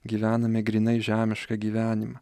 gyvename grynai žemišką gyvenimą